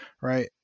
right